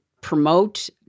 promote